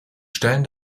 stellen